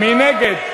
מי נגד?